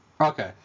Okay